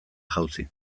jauzi